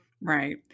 Right